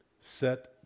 set